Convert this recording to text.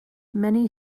many